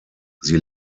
sie